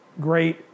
great